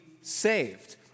saved